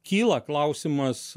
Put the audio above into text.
kyla klausimas